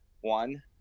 one